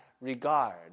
regard